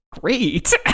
great